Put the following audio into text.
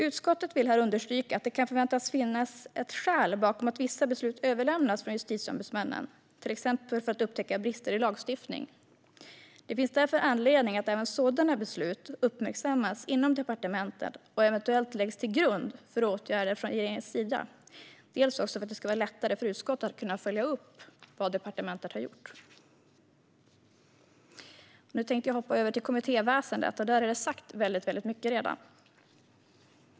Utskottet vill här understryka att det kan förväntas finnas ett skäl bakom att vissa beslut överlämnas från JO, till exempel upptäckta brister i lagstiftning. Det finns därför anledning att även sådana beslut uppmärksammas inom departementen och eventuellt läggs till grund för åtgärder från regeringens sida, bland annat för att det ska vara lättare för utskottet att kunna följa upp vad departementet har gjort. Nu tänkte jag övergå till att tala om kommittéväsendet, och om detta har det redan sagts mycket.